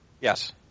Yes